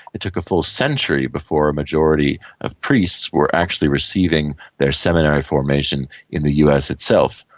it took a full century before a majority of priests were actually receiving their seminary formation in the us itself.